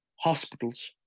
hospitals